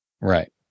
Right